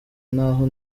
naho